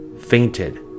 fainted